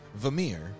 Vamir